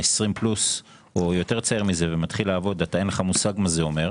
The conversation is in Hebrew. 20 פלוס או יותר צעיר מזה ומתחיל לעבוד אתה אין לך מושג מה זה אומר.